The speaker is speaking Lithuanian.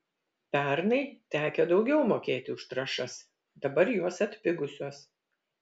pernai tekę daugiau mokėti už trąšas dabar jos atpigusios